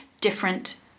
different